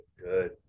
good